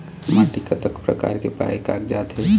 माटी कतक प्रकार के पाये कागजात हे?